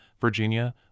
Virginia